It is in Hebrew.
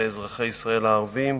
לאזרחי ישראל הערבים.